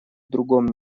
другом